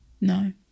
No